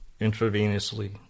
intravenously